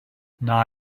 wna